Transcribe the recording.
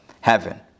heaven